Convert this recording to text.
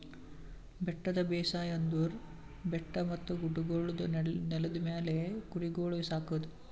ಬೆಟ್ಟದ ಬೇಸಾಯ ಅಂದುರ್ ಬೆಟ್ಟ ಮತ್ತ ಗುಡ್ಡಗೊಳ್ದ ನೆಲದ ಮ್ಯಾಲ್ ಕುರಿಗೊಳ್ ಸಾಕದ್